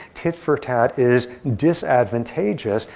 tit for tat is disadvantageous.